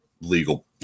Legal